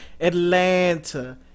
Atlanta